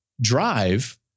drive